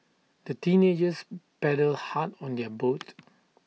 the teenagers paddled hard on their boat